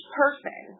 person